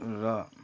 र